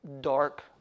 dark